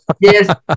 Yes